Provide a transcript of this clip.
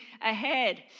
ahead